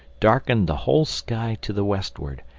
darkened the whole sky to the westward.